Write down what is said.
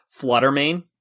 fluttermane